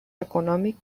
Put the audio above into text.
econòmic